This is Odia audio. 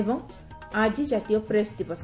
ଏବଂ ଆଜି ଜାତୀୟ ପ୍ରେସ୍ ଦିବସ